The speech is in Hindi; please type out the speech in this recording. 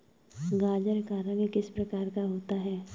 गाजर का रंग किस प्रकार का होता है?